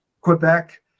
Quebec